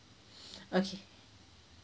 okay